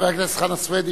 חבר הכנסת חנא סוייד,